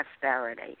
prosperity